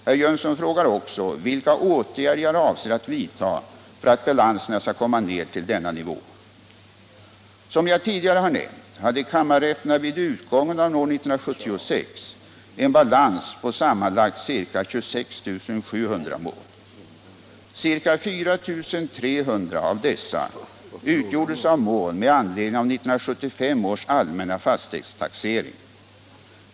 Herr Jönsson frågar också vilka åtgärder jag avser att vidta för att balanserna skall komma ner till denna nivå. Som jag tidigare har nämnt hade kammarrätterna vid utgången av år 1976 en balans på sammanlagt ca 26 700 mål. Ca 4 300 av dessa utgjordes av mål med anledning av 1975 års allmänna fastighetstaxering.